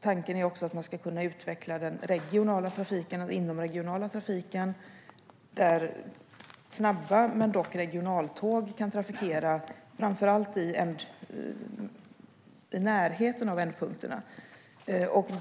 Tanken är också att man ska kunna utveckla den inomregionala trafiken, där snabba men dock regionaltåg kan trafikera framför allt i närheten av ändpunkterna.